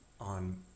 on